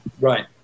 right